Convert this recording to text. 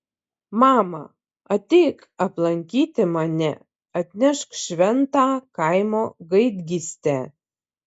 mama ateik aplankyti mane atnešk šventą kaimo gaidgystę